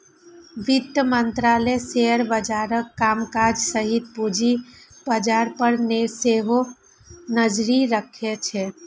वित्त मंत्रालय शेयर बाजारक कामकाज सहित पूंजी बाजार पर सेहो नजरि रखैत छै